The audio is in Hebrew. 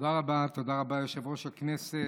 תודה רבה, תודה רבה, יושב-ראש הישיבה.